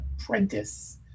apprentice